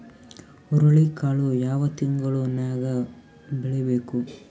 ಹುರುಳಿಕಾಳು ಯಾವ ತಿಂಗಳು ನ್ಯಾಗ್ ಬೆಳಿಬೇಕು?